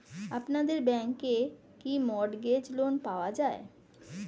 আপনাদের ব্যাংকে কি মর্টগেজ লোন পাওয়া যায়?